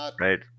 right